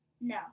No